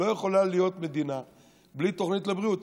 לא יכולה להיות מדינה בלי תוכנית לבריאות.